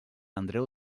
andreu